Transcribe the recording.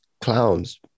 clowns